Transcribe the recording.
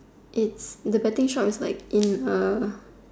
it's the betting shop is like in A